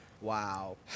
Wow